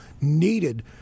needed